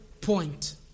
point